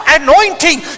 anointing